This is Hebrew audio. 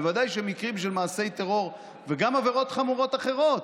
בוודאי מקרים של מעשי טרור וגם עבירות חמורות אחרות,